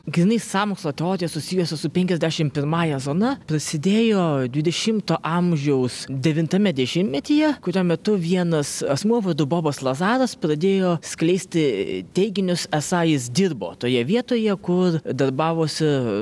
grynai sąmokslo teorija susijusi su penkiasdešim pirmąja zona prasidėjo dvidešimo amžiaus devintame dešimtmetyje kurio metu vienas asmuo vardu bobas lazanas pradėjo skleisti teiginius esą jis dirbo toje vietoje kur darbavosi